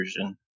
version